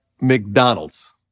McDonald's